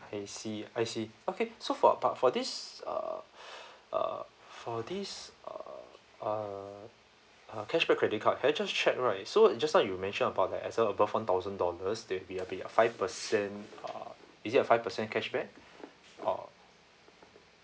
I see I see okay so for but for this uh uh for this uh cashback credit card I just check right so it just now you mentioned about the as of above one thousand dollars there will be a be a five percent uh is it a five percent cashback or